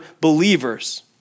believers